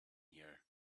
here